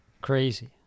Crazy